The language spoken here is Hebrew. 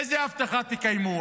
איזה הבטחה תקיימו?